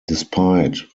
despite